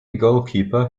goalkeeper